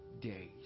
days